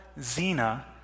Zena